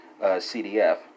CDF